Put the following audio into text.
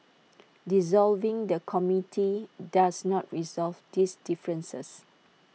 dissolving the committee does not resolve these differences